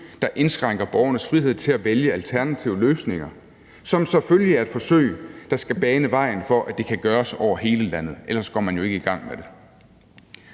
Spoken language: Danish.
der indskrænker borgernes frihed til at vælge alternative løsninger, og som selvfølgelig er et forsøg, som skal bane vejen for, at det kan gøres over hele landet; ellers går man jo ikke i gang med det.